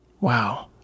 Wow